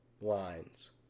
lines